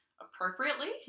appropriately